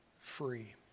free